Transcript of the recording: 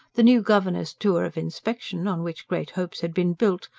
the new governor's tour of inspection, on which great hopes had been built,